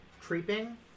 Creeping